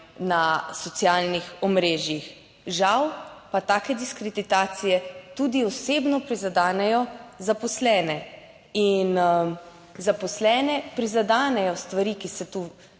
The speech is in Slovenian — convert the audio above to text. na socialnih omrežjih. Žal pa take diskreditacije tudi osebno prizadenejo zaposlene in zaposlene prizadenejo stvari, ki se tu